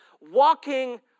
walking